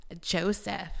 Joseph